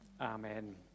Amen